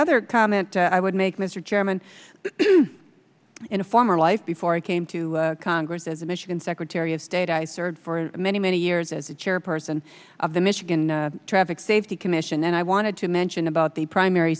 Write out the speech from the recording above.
other comment i would make mr chairman in a former life before i came to congress as a michigan secretary of state i served for many many years as the chairperson of the michigan traffic safety commission and i wanted to mention about the primary